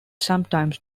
sometimes